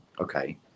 okay